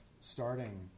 starting